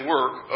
work